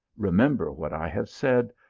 remember what i have said,